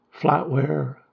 flatware